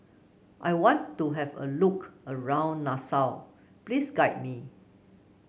I want to have a look around Nassau please guide me